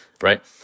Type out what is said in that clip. right